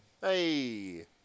Hey